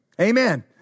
Amen